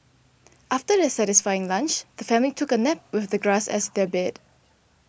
after their satisfying lunch the family took a nap with the grass as their bed